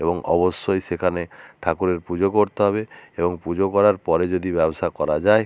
এবং অবশ্যই সেখানে ঠাকুরের পুজো করতে হবে এবং পুজো করার পরে যদি ব্যবসা করা যায়